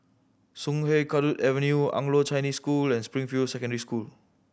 Sungei Kadut Avenue Anglo Chinese School and Springfield Secondary School